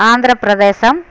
Andhra Pradesh